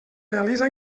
realitza